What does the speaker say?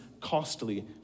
costly